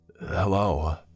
Hello